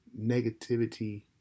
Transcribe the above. negativity